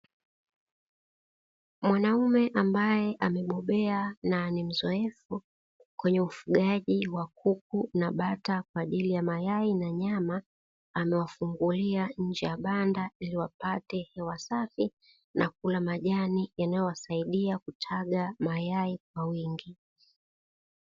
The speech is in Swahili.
Mwanaume ambaye amebobea na ni mzoefu kwenye ufugaji wa kuku na bata kwa ajili ya mayai na nyama, amewafungulia nje ya banda ili wapate hewa safi na kula majani yanayowasaidia kutaga mayai kwa wingi.